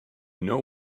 know